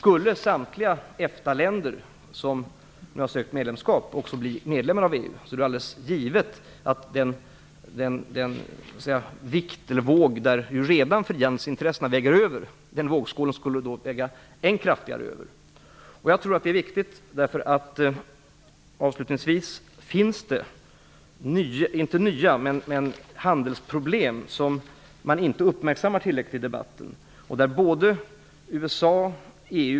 Skulle samtliga EFTA-länder som nu har sökt medlemskap också bli medlemmar i EU är det alldeles givet att den vågskål där frihandelsintressena redan väger över väga än kraftigare över. Jag tror att det är viktigt. Avslutningsvis finns det handelsproblem som man inte uppmärksammar tillräckligt i debatten.